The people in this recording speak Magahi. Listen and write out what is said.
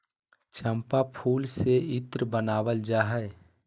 चम्पा फूल से इत्र बनावल जा हइ